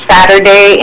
Saturday